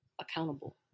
accountable